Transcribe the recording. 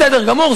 בסדר גמור,